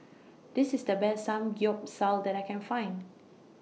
This IS The Best Samgyeopsal that I Can Find